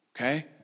Okay